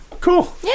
Cool